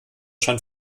schon